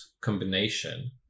combination